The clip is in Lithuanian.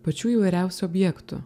pačių įvairiausių objektų